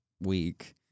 week